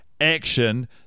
Action